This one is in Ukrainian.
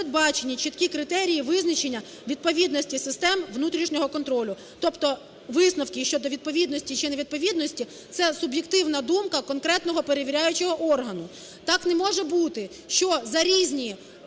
чіткі критерії визначення відповідності систем внутрішнього контролю, тобто висновки щодо відповідності чи невідповідності – це суб'єктивна думка конкретного перевіряючого органу. Так не може бути, що за різні